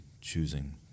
choosing